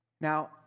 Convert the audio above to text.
Now